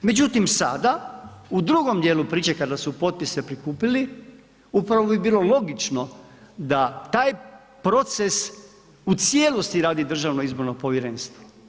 Međutim sada, u drugom dijelu priče kada su potpise prikupili upravo bi bilo logično da taj proces u cijelosti radi Državno izborno povjerenstvo.